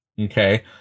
okay